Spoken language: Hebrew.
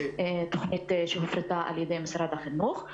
זו תוכנית שהופרטה על-ידי משרד החינוך.